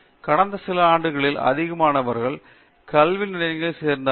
கடந்த சில ஆண்டுகளில் அதிகமானவர்கள் கல்வி நிலையங்களில் சேர்த்தார்கள்